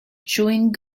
chewing